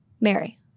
Mary